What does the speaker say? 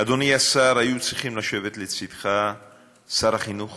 אדוני השר, היו צריכים לשבת לידך שר החינוך